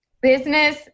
Business